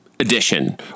Edition